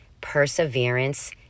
perseverance